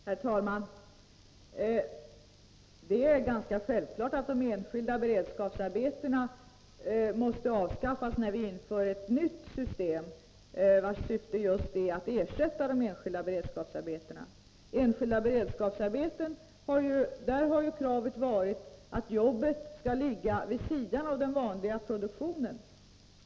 Herr talman! Det är självklart att de enskilda beredskapsarbetena måste avskaffas när vi inför ett nytt system, vars syfte är att ersätta de enskilda beredskapsarbetena. När det gäller enskilda beredskapsarbeten har kravet varit att arbetet skall ligga vid sidan av den vanliga produktionen.